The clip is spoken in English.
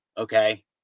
okay